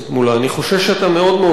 אני חושש שאתה מאוד מאוד צודק,